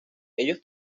ellos